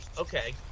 okay